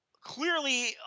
clearly